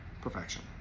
perfection